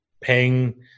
paying